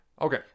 Okay